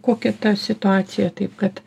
kokia ta situacija taip kad